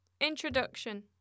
Introduction